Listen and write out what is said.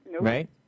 Right